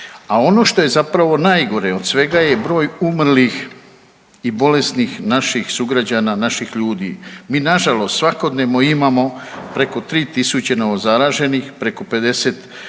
A ono što je zapravo najgore od svega je broj umrlih i bolesnih naših sugrađana, naših ljudi. Mi nažalost svakodnevno imamo preko 3.000 novo zaraženih, preko 50 umirućih